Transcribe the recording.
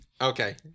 Okay